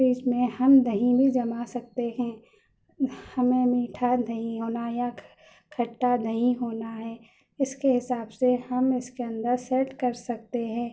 fridge میں ہم دہی بھی جما سکتے ہیں ہمیں میٹھا دہی ہونا یا کھٹّا دہی ہونا ہے اس کے حساب سے ہم اس کے اندر سیٹ کر سکتے ہیں